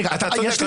אתה צודק.